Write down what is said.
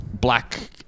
black